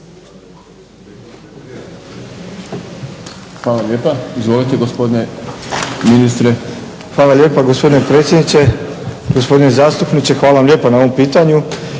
Hvala lijepa. Izvolite gospodine ministre. **Matić, Predrag Fred** Hvala lijepa, gospodine predsjedniče. Gospodine zastupniče, hvala vam lijepa na ovom pitanju.